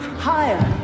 higher